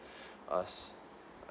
us